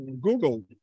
Google